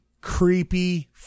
creepy